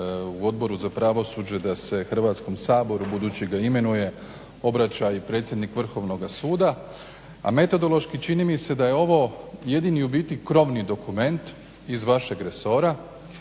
u Odboru za pravosuđe da se Hrvatskom saboru budući ga imenuje obraća i predsjednik Vrhovnoga suda, a metodološki čini mi se da je ovo jedini u biti krovni dokument iz vašeg resora,